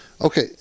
Okay